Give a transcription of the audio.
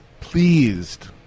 pleased